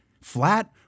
Flat